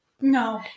No